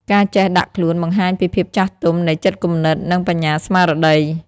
ការចេះដាក់ខ្លួន បង្ហាញពីភាពចាស់ទុំនៃចិត្តគំនិត និងបញ្ញាស្មារតី។